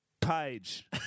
page